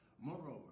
Moreover